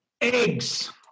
Eggs